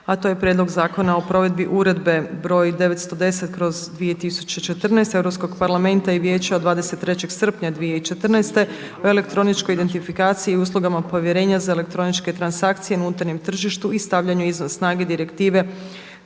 Prijedlog zakona o provedbi Uredbe EU br. 910/2014. Europskog parlamenta i Vijeća od 23. srpnja 2014. o elektroničkoj identifikaciji i uslugama povjerenja za elektroničke transakcije na unutarnjem tržištu i stavljanju izvan snage Direktive